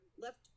left